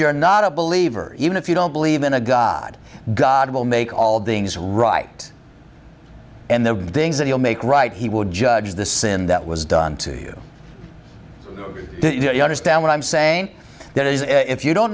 you're not a believer even if you don't believe in a god god will make all the things right and the things that you'll make right he will judge the sin that was done to you you understand what i'm saying that is if you don't